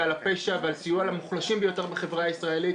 הפשע והסיוע להכי מוחלשים בחברה הישראלית,